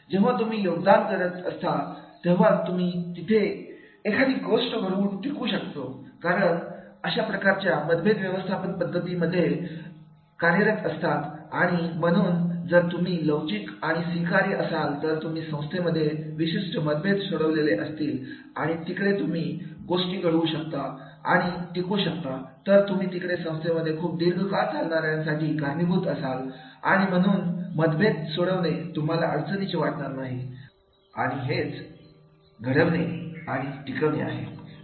जेव्हा तुम्ही योगदान करत असतात तेव्हा तुम्ही तुम्ही तिथे एखादी गोष्ट घडवू शकता टिकू शकतो कारण अशा प्रकारच्या मतभेद व्यवस्थापन पद्धती संस्थेमध्ये कार्यरत असतात आणि म्हणून म्हणून जर तुम्ही लवचिक आणि स्वीकार्य असाल तर तुम्ही संस्थेमधील विशिष्ट मतभेद सोडवलेली असतील आणि आणि तुम्ही तिकडे गोष्टी घडू शकतात आणि टिकू शकतात तर तुम्ही तिकडे संस्था खूप दीर्घकाळ चालण्यासाठी कारणीभूत असाल आणि मतभेद सोडवणे तुम्हाला अडचणीचे वाटणार नाही आणि हेच घडविणे आणि टिकवणे आहे